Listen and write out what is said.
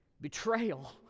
betrayal